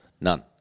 none